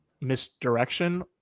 misdirection